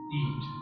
eat